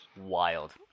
Wild